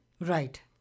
Right